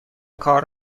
کار